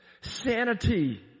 sanity